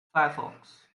firefox